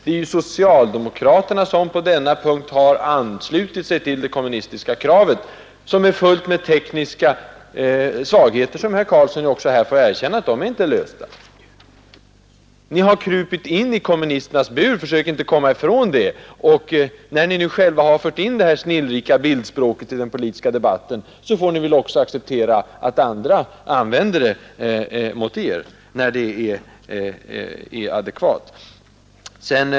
Det är ju socialdemokraterna som på denna punkt har anslutit sig till det kommunistiska kravet, som är fullt med tekniska svagheter, och herr Karlsson har ju här också erkänt att de finns där. Ni har krupit in i kommunisternas bur, försök inte komma ifrån det! Och när ni nu själva fört in detta snillrika bildspråk i den politiska debatten får ni också acceptera att andra använder det mot er när det stämmer med verkligheten.